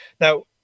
Now